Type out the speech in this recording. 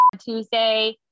Tuesday